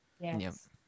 Yes